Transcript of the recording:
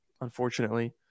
unfortunately